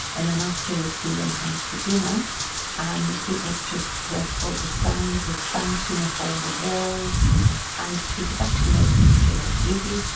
and then afterwards we went out for dinner and it was just dreadful. the sound was bouncing off all the walls and it was actually making me feel dizzy,